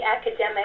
academic